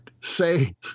say